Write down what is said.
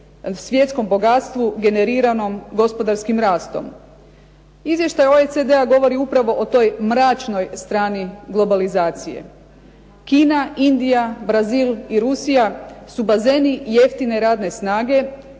svjetskom bogatstvu generiranom gospodarskim rastom. Izvještaj OECD-a govori upravo o toj mračnoj strani globalizacije. Kina, Indija, Brazil i Rusija su bazeni jeftine radne snage